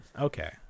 okay